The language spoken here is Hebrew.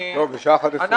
אורי מקלב (יו"ר ועדת המדע והטכנולוגיה): בשעה אחת עשרה,